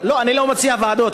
אני לא מציע ועדות,